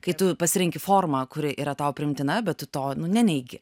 kai tu pasirenki formą kuri yra tau priimtina bet tu to nu neneigi